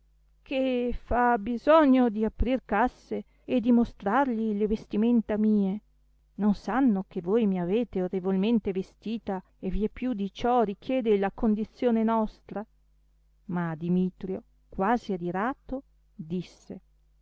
che fa bisogno di aprir casse e dimostrarli le vestimenta mie non sanno che voi mi avete orrevolmente vestita e vie più di ciò richiede la condizione nostra ma dimitrio quasi adirato disse